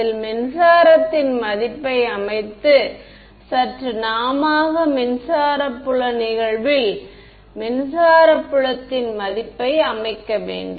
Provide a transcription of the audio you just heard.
அதில் மின்சாரத்தின் மதிப்பை அமைத்து சற்று நாமாக மின்சார புலம் நிகழ்வில் மின்சார புலத்தின் மதிப்பை அமைக்க வேண்டும்